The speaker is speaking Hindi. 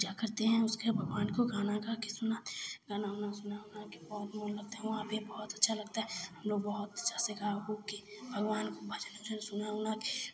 पूजा करते हैं उसके भगवान को गाना गाकर सुनाते हैं गाना उना सुना उनाकर बहुत मन लगता है वहाँ पर बहुत अच्छा लगता है हमलोग बहुत अच्छा से गा उकर भगवान को भजन उजन सुना उनाकर